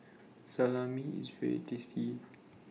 Salami IS very tasty